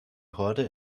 horde